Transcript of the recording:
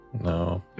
No